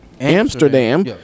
Amsterdam